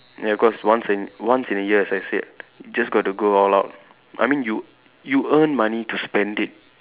ya cause once in once in a year as I said just got to go all out I mean you you earn money to spend it